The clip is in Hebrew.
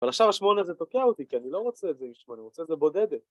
אבל עכשיו השמונה זה תוקע אותי כי אני לא רוצה את זה שמונה אני רוצה את זה בודדת